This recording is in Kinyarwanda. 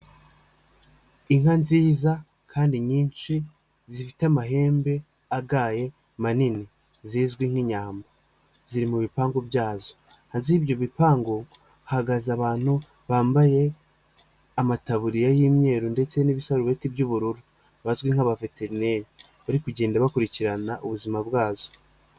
Inka nziza kandi nyinshi zifite amahembe a agaye manini zizwi nk'inyambo, ziri mu bipangu byazo. hafi y'ibyo bipangu hahagaze abantu bambaye amataburiya y'imyeru ndetse n'ibisarubeti by'ubururu bazwi nka'abaveteneri bari kugenda bakurikirana ubuzima bwazo.